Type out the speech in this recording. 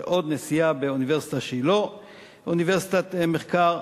ועוד נשיאה באוניברסיטה שהיא לא אוניברסיטת מחקר.